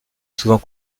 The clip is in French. souvent